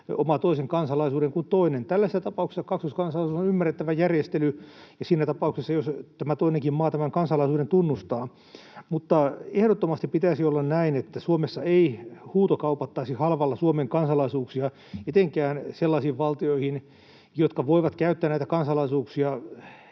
omaa toisen kansalaisuuden kuin toinen? Tällaisessa tapauksessa kaksoiskansalaisuus on ymmärrettävä järjestely, siinä tapauksessa, jos se toinenkin maa tämän kansalaisuuden tunnustaa. Ehdottomasti pitäisi olla näin, että Suomessa ei huutokaupattaisi halvalla Suomen kansalaisuuksia, etenkään sellaisiin valtioihin, jotka voivat käyttää näitä kansalaisuuksia